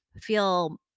feel